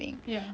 ya let's go